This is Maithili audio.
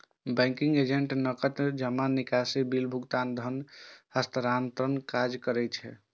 बैंकिंग एजेंट नकद जमा, निकासी, बिल भुगतान, धन हस्तांतरणक काज करै छै